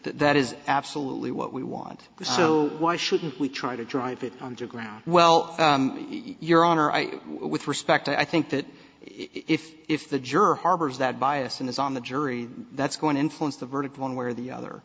that is absolutely what we want to so why shouldn't we try to drive it underground well your honor i with respect i think that if if the juror harbors that bias and is on the jury that's going to influence the verdict one way or the other